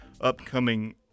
upcoming